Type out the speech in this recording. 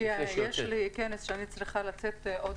יש לי כנס עוד מעט,